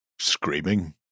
screaming